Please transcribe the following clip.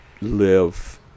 live